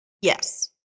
Yes